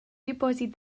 dipòsit